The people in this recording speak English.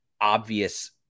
obvious